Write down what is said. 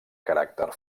caràcter